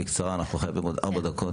בקצרה, כי אנחנו חייבים לסיים בעוד ארבע דקות.